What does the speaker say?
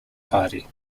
party